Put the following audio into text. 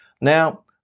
Now